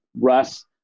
russ